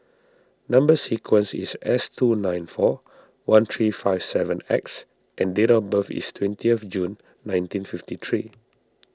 Number Sequence is S two nine four one three five seven X and date of birth is twenty of June nineteen fifty three